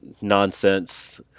nonsense